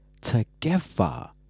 together